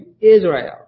Israel